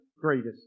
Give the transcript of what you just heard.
greatest